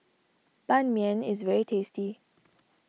Ban Mian is very tasty